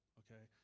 okay